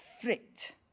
frit